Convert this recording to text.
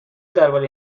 درباره